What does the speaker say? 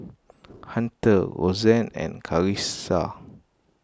Hunter Rosann and Karissa